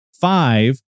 five